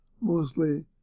mostly